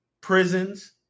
prisons